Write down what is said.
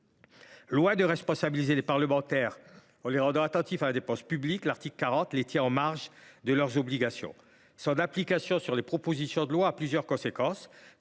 Loin de responsabiliser les parlementaires en les rendant attentifs à la dépense publique, l’article 40 les tient en marge de leurs obligations. Son application aux propositions de loi a plusieurs conséquences.